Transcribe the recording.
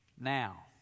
now